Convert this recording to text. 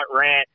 rant